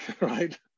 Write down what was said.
right